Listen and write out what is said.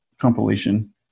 compilation